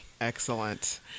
Excellent